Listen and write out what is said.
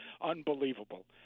unbelievable